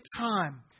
time